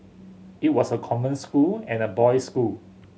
it was a convent school and a boys school